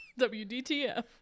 WDTF